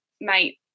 mate